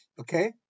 okay